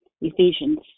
Ephesians